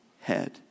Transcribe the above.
head